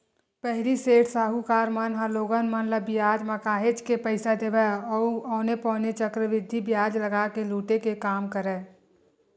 पहिली सेठ, साहूकार मन ह लोगन मन ल बियाज म काहेच के पइसा देवय अउ औने पौने चक्रबृद्धि बियाज लगा के लुटे के काम करय